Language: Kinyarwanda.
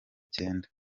cyenda